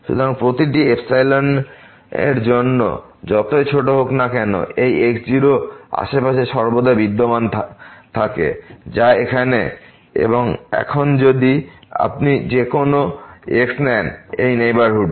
সুতরাং প্রতিটি আপসিলনের জন্য যতই ছোট হোক না কেন এই x0 এর আশেপাশে সর্বদা বিদ্যমান থাকে যা এখানে এবং এখন যদি আপনি কোন x নেন এই নেইবারহুডে